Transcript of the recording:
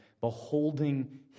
beholding